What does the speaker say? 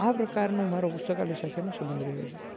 આ પ્રકારનો મારો પુસ્તકાલય સાથેનો સબંધ રહ્યો છે